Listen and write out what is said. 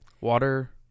Water